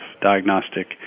diagnostic